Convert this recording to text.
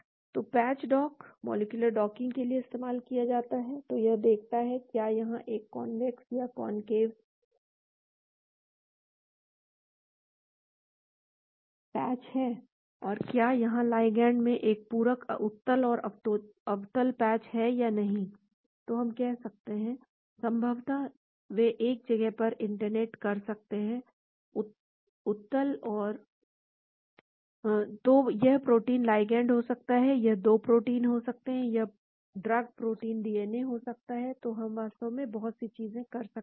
तो patch dock molecular docking के लिए इस्तेमाल किया जा सकता है तो यह देखता है क्या यहां एक कौनवैक्स या उत्तल पैच है कौनकेव या अवतल पैच है और क्या वहाँ लाइगैंड में एक पूरक उत्तल और अवतल पैच है या नहीं तो हम कह सकते हैं संभवतः वे एक जगह पर इंटरेक्ट कर सकते हैं तो यह प्रोटीन लाइगैंड हो सकता है यह 2 प्रोटीन हो सकते हैं यह ड्रग प्रोटीन डीएनए हो सकता है तो हम वास्तव में बहुत सी चीजें कर सकते हैं